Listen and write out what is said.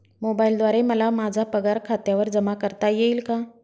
मोबाईलद्वारे मला माझा पगार खात्यावर जमा करता येईल का?